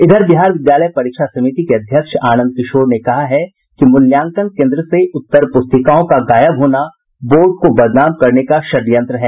इधर बिहार विद्यालय परीक्षा समिति के अध्यक्ष आनंद किशोर ने कहा है कि मूल्यांकन केंद्र से उत्तर पुस्तिकाओं का गायब होना बोर्ड को बदनाम करने का षड्यंत्र है